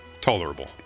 Tolerable